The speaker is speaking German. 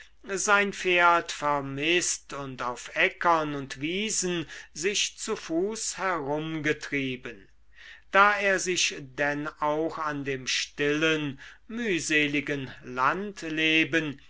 sein pferd vermißt und auf äckern und wiesen sich zu fuß herumgetrieben da er sich denn auch in dem stillen mühseligen